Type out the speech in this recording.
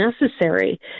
necessary